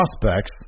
prospects